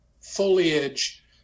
foliage